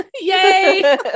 Yay